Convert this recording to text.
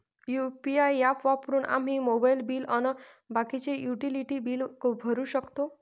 UPI app वापरून आम्ही mobile bill अन बाकीचे युटिलिटी बिल भरू शकतो